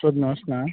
सोध्नुहोस् न